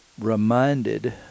reminded